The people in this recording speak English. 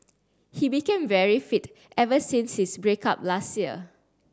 he became very fit ever since his break up last year